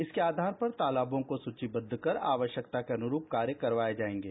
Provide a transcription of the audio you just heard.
इसके आधार पर तालाबों को सूचीबद्ध कर आवश्यकता के अनुरुप कार्य करवाए जाएंगे